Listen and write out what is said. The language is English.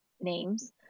names